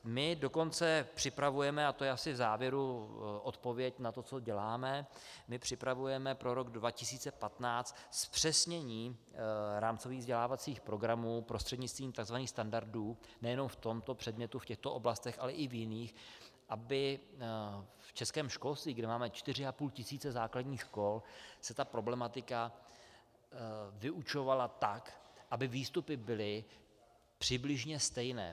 My dokonce připravujeme, a to je asi v závěru odpověď na to, co děláme, my připravujeme pro rok 2015 zpřesnění rámcových vzdělávacích programů prostřednictvím tzv. standardů nejenom v tomto předmětu, v těchto oblastech, ale i v jiných, aby v českém školství, kde máme 4 500 základních škol, se ta problematika vyučovala tak, aby výstupy byly přibližně stejné.